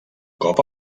cop